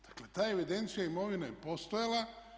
Dakle, ta evidencija imovine je postojala.